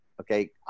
Okay